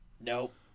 Nope